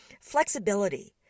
Flexibility